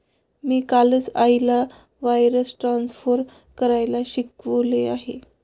मी कालच आईला wires transfer करायला शिकवले आहे